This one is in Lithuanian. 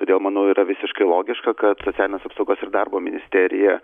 todėl manau yra visiškai logiška kad socialinės apsaugos ir darbo ministerija